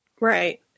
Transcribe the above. Right